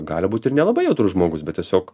gali būt ir nelabai jautrus žmogus bet tiesiog